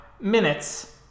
minutes